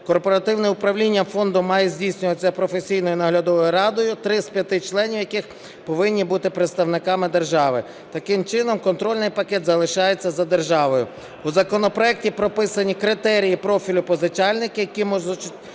Корпоративне управління фондом має здійснюватися професійною наглядовою радою, три із п'яти членів якої повинні бути представниками держави, таким чином, контрольний пакет залишається за державою. В законопроекті прописані критерії профілю позичальників, які можуть